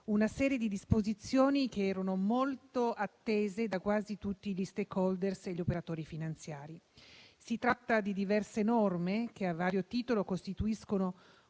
una serie di disposizioni che erano molto attese da quasi tutti gli *stakeholder* e gli operatori finanziari. Si tratta di diverse norme che, a vario titolo, costituiscono